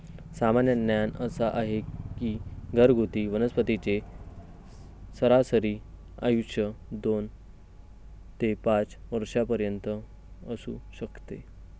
सामान्य ज्ञान असा आहे की घरगुती वनस्पतींचे सरासरी आयुष्य दोन ते पाच वर्षांपर्यंत असू शकते